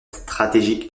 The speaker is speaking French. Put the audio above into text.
stratégique